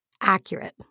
accurate